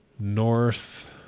north